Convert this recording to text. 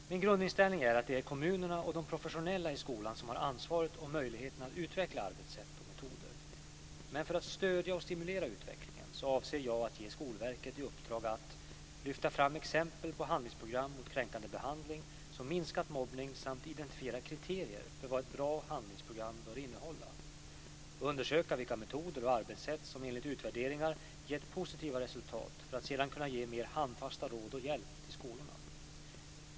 Min grundinställning är att det är kommunerna och de professionella i skolan som har ansvaret och möjligheterna att utveckla arbetssätt och metoder. Men för att stödja och stimulera utvecklingen avser jag att ge Skolverket i uppdrag att: · Lyfta fram exempel på handlingsprogram mot kränkande behandling som minskat mobbningen samt identifiera kriterier för vad ett bra handlingsprogram bör innehålla. · Undersöka vilka metoder och arbetssätt som enligt utvärderingar gett positiva resultat för att sedan kunna ge mer handfasta råd och hjälp till skolorna.